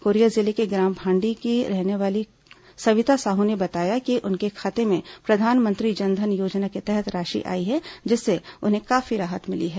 Korea जिले के ग्राम भांडी की रहने वाली कविता साहू ने बताया कि उनके खाते में प्रधानमंत्री जन धन योजना के तहत राशि आई है जिससे उन्हें काफी राहत मिली है